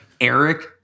Eric